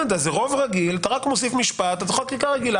לכן זה בחוק יסוד: השפיטה.